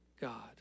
God